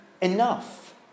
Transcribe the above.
enough